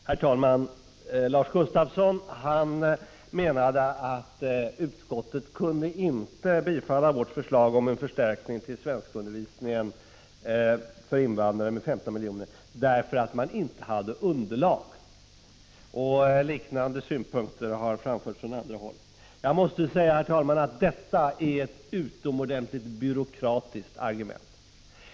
Herr talman! Lars Gustafsson menade att utskottet inte kunde tillstyrka vårt förslag om en förstärkning med 15 miljoner till undervisningen i svenska för invandrare därför att utskottet inte hade något underlag. Liknande synpunkter har framförts från andra håll. Jag måste säga, herr talman, att detta är ett utomordentligt byråkratiskt argument.